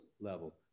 level